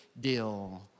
deal